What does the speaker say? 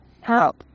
Help